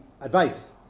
advice